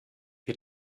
wir